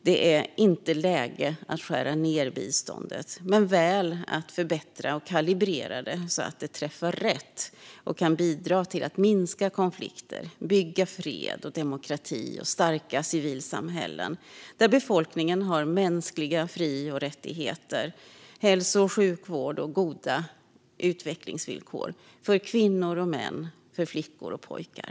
Det är inte läge att skära ned på biståndet men väl att förbättra och kalibrera det så att det träffar rätt och kan bidra till att minska konflikter och bygga fred, demokrati och starka civilsamhällen, där befolkningen har mänskliga fri och rättigheter, hälso och sjukvård och goda utvecklingsvillkor för kvinnor och män och för flickor och pojkar.